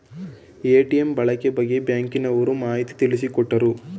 ATM ಬಳಕೆ ಬಗ್ಗೆ ಬ್ಯಾಂಕಿನವರು ಮಾಹಿತಿ ತಿಳಿಸಿಕೊಟ್ಟರು